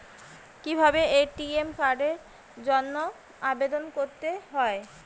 কিভাবে এ.টি.এম কার্ডের জন্য আবেদন করতে হয়?